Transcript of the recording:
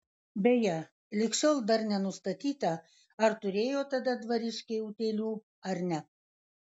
beje lig šiol dar nenustatyta ar turėjo tada dvariškiai utėlių ar ne